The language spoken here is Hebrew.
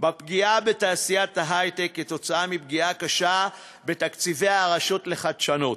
בפגיעה בתעשיית ההיי-טק כתוצאה מפגיעה קשה בתקציבי הרשות לחדשנות,